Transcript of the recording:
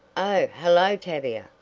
oh, hello tavia.